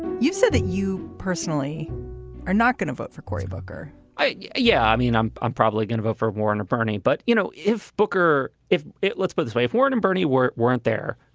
you said that you personally are not going to vote for cory booker right. yeah. yeah. i mean, i'm i'm probably going to vote for warren or bernie. but, you know, if booker if it lets put this way, if warren and bernie were weren't there,